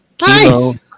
Nice